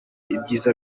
ibyiza